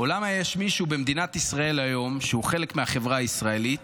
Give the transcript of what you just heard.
למה יש מישהו במדינת ישראל היום שהוא חלק מהחברה הישראלית